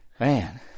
man